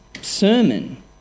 sermon